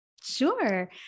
Sure